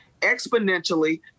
exponentially